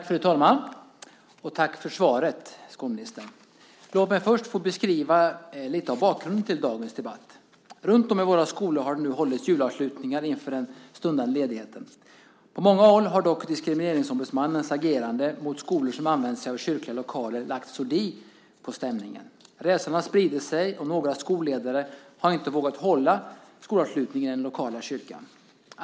Fru talman! Jag tackar skolministern för svaret. Låt mig först få beskriva lite av bakgrunden till dagens debatt. Runtom i våra skolor har det nu hållits julavslutningar inför den stundande ledigheten. På många håll har dock Diskrimineringsombudsmannens agerande mot skolor som använder sig av kyrkliga lokaler lagt sordin på stämningen. Rädslan har spridit sig, och några skolledare har inte vågat hålla skolavslutningen i den lokala kyrkan.